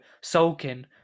sulking